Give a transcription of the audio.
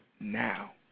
now